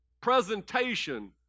presentation